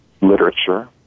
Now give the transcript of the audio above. literature